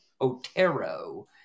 Otero